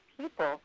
people